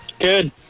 Good